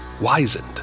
wizened